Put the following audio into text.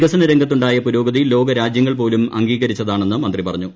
വികസന രംഗത്തുണ്ടായ പുരോഗതി ലോകരാജൃങ്ങൾ പോലും അംഗീകരിച്ചതാണെന്ന് മന്ത്രി പറഞ്ഞു